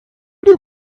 dem